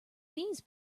these